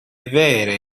vere